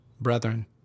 brethren